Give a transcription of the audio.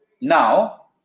now